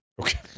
Okay